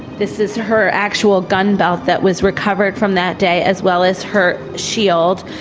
this is her actual gun belt that was recovered from that day, as well as her shield.